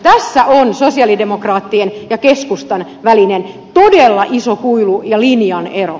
tässä on sosialidemokraattien ja keskustan välinen todella iso kuilu ja linjan ero